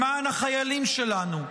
למען החיילים שלנו,